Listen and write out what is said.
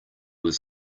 was